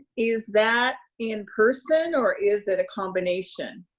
is that in-person or is it a combination?